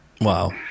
Wow